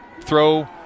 throw